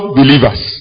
believers